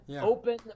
open